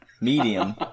medium